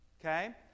okay